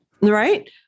Right